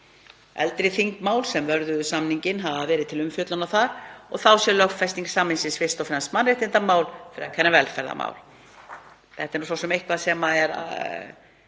Eldri þingmál sem vörðuðu samninginn hafi verið til umfjöllunar þar og þá sé lögfesting samningsins fyrst og fremst mannréttindamál frekar en velferðarmál. Þetta er svo sem eitthvað sem við